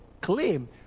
claim